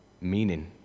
meaning